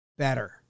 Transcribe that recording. Better